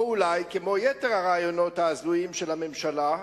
או אולי כמו יתר הרעיונות ההזויים של הממשלה,